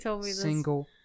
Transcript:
single